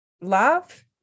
love